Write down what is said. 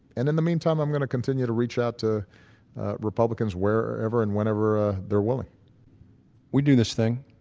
and in the meantime i'm going to continue to reach out to republicans wherever and whenever ah they're willing we do this thing,